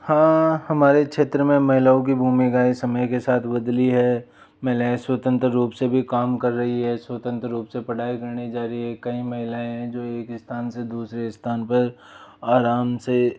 हाँ हमारे क्षेत्र में महिलाओं की भूमिकाएँ समय के साथ बदली है महिलाएँ स्वतंत्र रूप से भी काम कर रही है स्वतंत्र रूप से पढाई करने जा रही है कई महिलाएँ जो एक एक स्थान से दूसरे स्थान पर आराम से